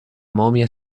momia